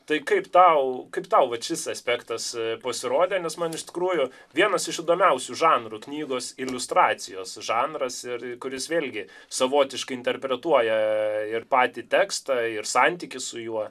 tai kaip tau kaip tau vat šis aspektas pasirodė nes man iš tikrųjų vienas iš įdomiausių žanrų knygos iliustracijos žanras ir kuris vėlgi savotiškai interpretuoja ir patį tekstą ir santykį su juo